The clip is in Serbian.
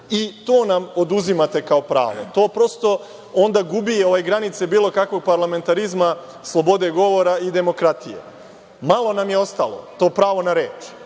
i to nam oduzimate kao pravo. To onda gubi granice bilo kakvog parlamentarizma, slobode govora i demokratije. Malo nam je ostalo to pravo na reč.